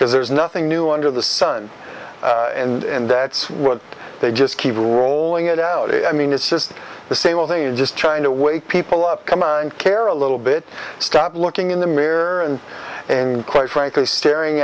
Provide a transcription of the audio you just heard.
because there's nothing new under the sun and that's what they just keep rolling it out i mean it's just the same old they are just trying to wake people up come out and care a little bit stop looking in the mirror and and quite frankly staring